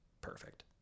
perfect